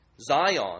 Zion